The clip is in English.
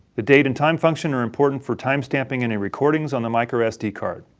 the date and time function are important for timestamping any recordings on the microsd card.